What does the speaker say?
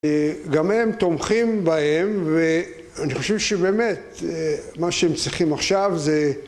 גם הם תומכים בהם ואני חושב שבאמת מה שהם צריכים עכשיו זה